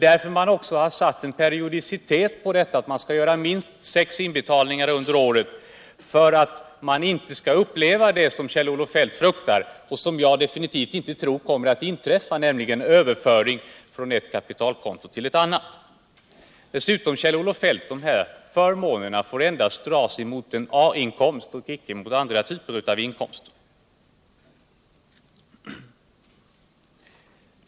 Man har också bestämt sig för en periodicitet, som innebär att man skall göra minst sex inbetalningar under året, för att man inte skall behöva uppleva det som Kjell-Olof Feldt fruktar, och som jag definitivt inte tror kommer att inträfta, nämligen överföring från ett kapitalkonto till ett annat. Dessutom får de här förmånerna, Kjell-Olof Feldt, tillämpas endast vid A inkomst och inte vid andra typer av inkomst.